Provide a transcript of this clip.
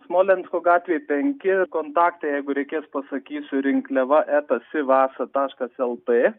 smolensko gatvėj penki kontaktą jeigu reikės pasakysiu rinkliava eta sivasa taškas lt